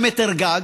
או 100 מטר גג.